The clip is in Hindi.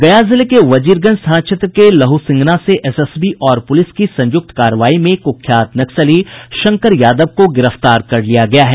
गया जिले के बजीरगंज थाना क्षेत्र के लहुसिंगना से एसएसबी और पुलिस की संयुक्त कार्रवाई में कुख्यात नक्सली शंकर यादव को गिरफ्तार कर लिया गया है